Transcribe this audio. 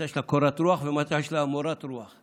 מתי יש לה קורת רוח ומתי יש לה מורת רוח.